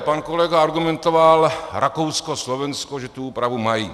Pan kolega argumentoval Rakousko, Slovensko že to úpravu mají.